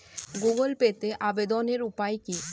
Google পেতে আবেদনের উপায় কি?